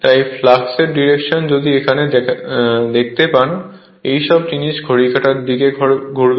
তাই flux direction যদি এখানে দেখতে পান এই সব জিনিস ঘড়ির কাঁটার দিকে ঘুরবে